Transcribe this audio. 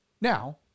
Now